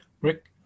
Rick